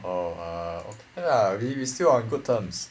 oh err okay lah we we still on good terms